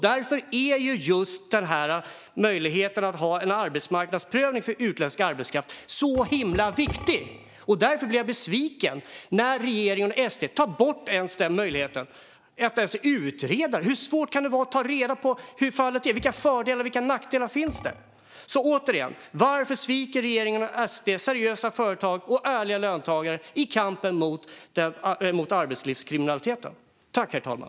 Då är möjligheten till arbetsmarknadsprövning för utländsk arbetskraft så himla viktig, och därför bli jag besviken när regeringen och SD tar bort denna möjlighet utan att ens utreda den. Hur svårt kan det vara att ta reda på hur det är och vilka fördelar och nackdelar det finns? Återigen: Varför sviker regeringen och SD seriösa företag och ärliga löntagare i kampen mot arbetslivskriminaliteten?